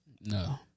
No